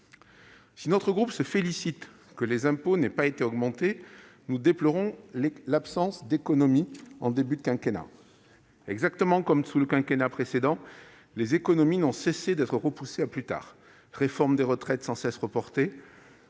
Si notre groupe se félicite que les impôts n'aient pas été augmentés, il déplore toutefois l'absence d'économies au début du quinquennat. Exactement comme sous le quinquennat précédent, les économies n'ont cessé d'être repoussées à plus tard : réforme des retraites continuellement reportée,